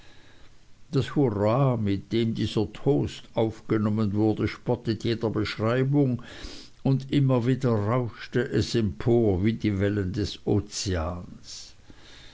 das hurra mit dem dieser toast aufgenommen wurde spottet jeder beschreibung und immer wieder rauschte es empor wie die wellen des ozeans